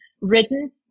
written